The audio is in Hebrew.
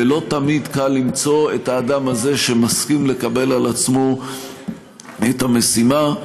ולא תמיד קל למצוא את האדם הזה שמסכים לקבל על עצמו את המשימה.